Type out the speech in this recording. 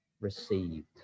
received